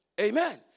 Amen